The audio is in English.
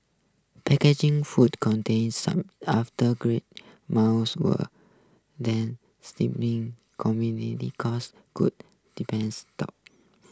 packaging food contains some after great mouth were then steepening commodity costs could depend stop